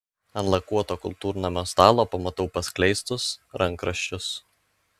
ant lakuoto kultūrnamio stalo pamatau paskleistus rankraščius